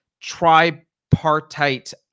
tripartite